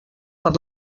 per